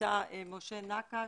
נמצא משה נקש,